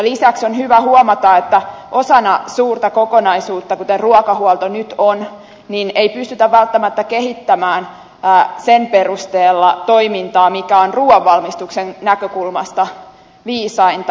lisäksi on hyvä huomata että osana suurta kokonaisuutta kuten ruokahuolto on nyt ei pystytä välttämättä kehittämään toimintaa sen perusteella mikä on ruuanvalmistuksen näkökulmasta viisainta